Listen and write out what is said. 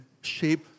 shape